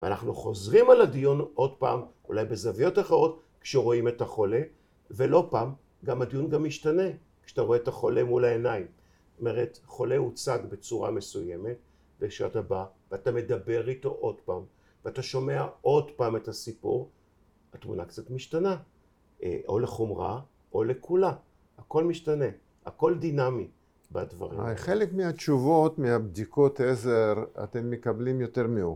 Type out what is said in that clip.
‫ואנחנו חוזרים על הדיון עוד פעם, ‫אולי בזוויות אחרות, ‫כשרואים את החולה, ‫ולא פעם, גם הדיון גם משתנה ‫כשאתה רואה את החולה ‫מול העיניים. ‫זאת אומרת, חולה הוצג בצורה מסוימת, ‫ושאתה בא ואתה מדבר איתו עוד פעם, ‫ואתה שומע עוד פעם את הסיפור, ‫התמונה קצת משתנה. ‫או לחומרא או לקולא. ‫הכול משתנה, הכול דינמי בדברים. ‫חלק מהתשובות, מהבדיקות עזר, ‫אתם מקבלים יותר